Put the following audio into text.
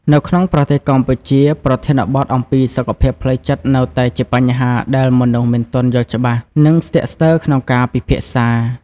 នៅក្នុងប្រទេសកម្ពុជា ប្រធានបទអំពីសុខភាពផ្លូវចិត្តនៅតែជាបញ្ហាដែលមនុស្សមិនទាន់យល់ច្បាស់ និងស្ទាក់ស្ទើរក្នុងការពិភាក្សា។